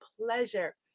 pleasure